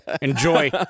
Enjoy